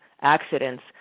accidents